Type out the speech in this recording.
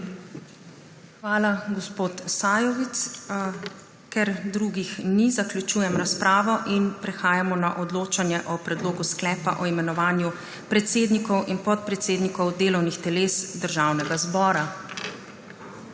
Hvala, gospod Sajovic. Ker drugih ni, zaključujem razpravo in prehajamo na odločanje o Predlogu sklepa o imenovanju predsednikov in podpredsednikov delovnih teles Državnega zbora.